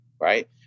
right